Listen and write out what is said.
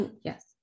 Yes